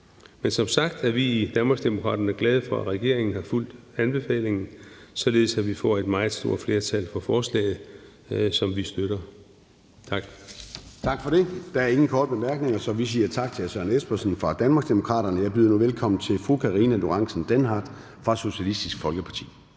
Men som sagt er vi i Danmarksdemokraterne glade for, at regeringen har fulgt anbefalingen, således at vi får et meget stort flertal for forslaget, som vi støtter. Tak. Kl. 13:17 Formanden (Søren Gade): Tak for det. Der er ingen korte bemærkninger, så vi siger tak til hr. Søren Espersen fra Danmarksdemokraterne. Jeg byder nu velkommen til fru Karina Lorentzen Dehnhardt fra Socialistisk Folkeparti.